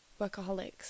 workaholics